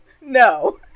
no